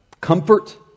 Comfort